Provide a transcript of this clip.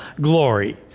glory